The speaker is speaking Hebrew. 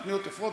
תוכניות יפות,